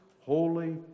holy